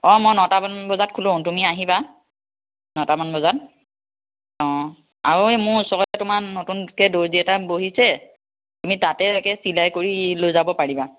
অঁ মই নটামান বজাত খোলোঁ তুমি আহিবা নটামান বজাত অঁ আৰু এই মোৰ ওচৰতে তোমাৰ নতুনকৈ দৰ্জি এটা বহিছে তুমি তাতে এনেকৈ চিলাই কৰি লৈ যাব পাৰিবা